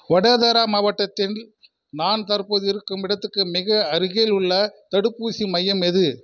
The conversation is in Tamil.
வடதேரா மாவட்டத்தில் நான் தற்போது இருக்கும் இடத்துக்கு மிக அருகிலுள்ள தடுப்பூசி மையம் எது